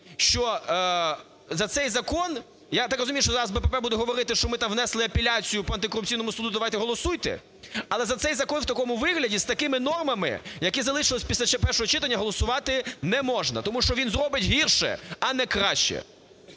що за цей закон… я так розумію, що зараз БПП буде говорити, що ми там внесли апеляцію по антикорупційному суду, давайте голосуйте, але за цей закон в такому вигляді, з такими нормами, які залишились після ще першого читання, голосувати не можна, тому що він зробить гірше, а не краще.